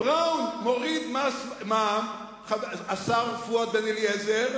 בראון מוריד מע"מ, השר פואד בן-אליעזר,